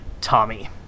Tommy